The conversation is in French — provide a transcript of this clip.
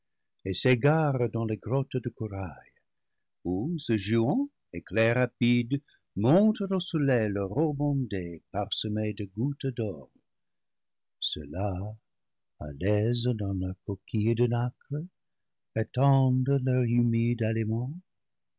et s'égarent dans des grottes de corail ou se jouant éclair rapide montrent au soleil leur robe ondée parsemée de gouttes d'or ceux-là à l'aise dans leur coquille de nacre attendent leur humide